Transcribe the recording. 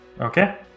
Okay